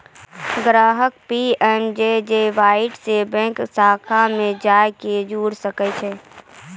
ग्राहक पी.एम.जे.जे.वाई से बैंक शाखा मे जाय के जुड़ि सकै छै